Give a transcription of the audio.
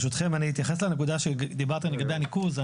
אני אתייחס לנקודה לגבי הניקוז.